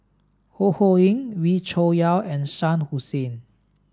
Ho Ho Ying Wee Cho Yaw and Shah Hussain